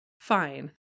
fine